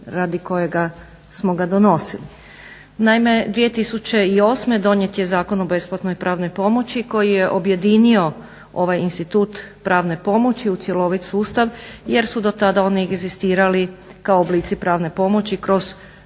radi kojega smo ga donosili. Naime, 2008.donijet je Zakon o besplatnoj pravnoj pomoći koji je objedinio ovaj institut pravne pomoći u cjelovit sustav jer su do tada oni egzistirali kao oblici pravne pomoći kroz